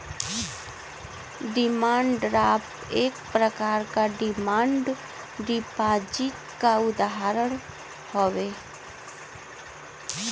demand draft एक प्रकार क डिमांड डिपाजिट क उदाहरण हउवे